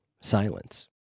silence